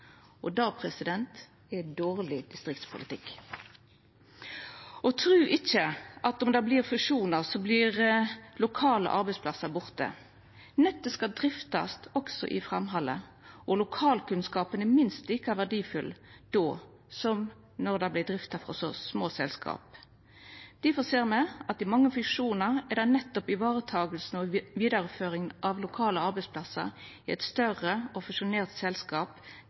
Det er dårleg distriktspolitikk. Og tru ikkje at om det vert fusjonar, så vert lokale arbeidsplassar borte. Nettet skal driftast som før, og lokalkunnskapen er minst like verdifull no som han var då nettet vart drifta av små selskap. Difor ser me at i mange fusjonar er nettopp ivaretakinga og vidareføringa av lokale arbeidsplassar i eit større og fusjonert selskap